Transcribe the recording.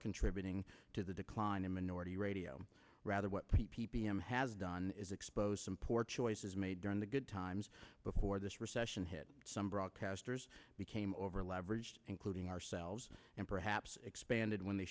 contributing to the klein a minority radio rather what the p p m has done is exposed some poor choices made during the good times before this recession hit some broadcasters became over leveraged including ourselves and perhaps expanded when they